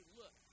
look